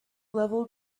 level